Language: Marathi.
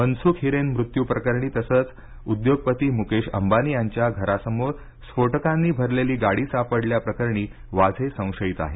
मनसुख हिरेन मृत्यू प्रकरणी तसंच उद्योगपती मुकेश अंबानी यांच्या घरासमोर स्फोटकांनी भरलेली गाडी सापडल्या प्रकरणी वाझे संशयित आहेत